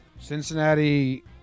Cincinnati